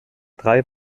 drei